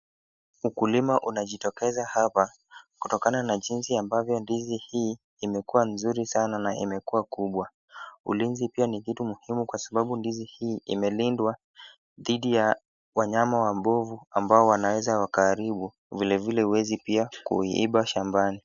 Ukulima unajitokeza hapa, kutokana na jinsi ambavyo ndizi hii imekuwa mzuri sana na imekua kubwa . Ulinzi pia ni kitu muhimu kwa sababu ndizi hii imelindwa dhidi ya wanyama wabovu ambao wanaeza wakaharibu vilevile huwezi pia kuiiba shambani.